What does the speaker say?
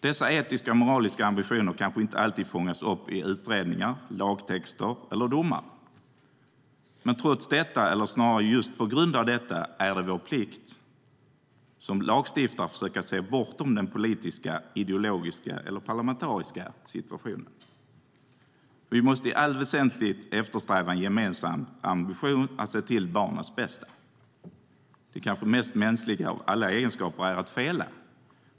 Dessa etiska och moraliska ambitioner kanske inte alltid fångas upp i utredningar, lagtexter eller domar. Trots detta - eller snarare just på grund av detta - är det vår plikt att som lagstiftare försöka se bortom den politiska, ideologiska eller parlamentariska situationen. Vi måste i allt väsentligt gemensamt eftersträva ambitionen att se till barnens bästa. Den kanske mest mänskliga av alla egenskaper är att fela.